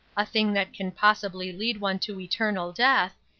a thing that can possibly lead one to eternal death,